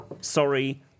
sorry